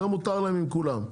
זה מותר להם עם כולם.